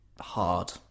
hard